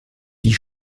die